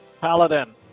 Paladin